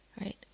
Right